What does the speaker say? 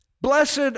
Blessed